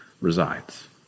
resides